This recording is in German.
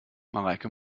mareike